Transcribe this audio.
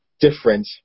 different